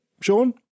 Sean